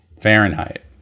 Fahrenheit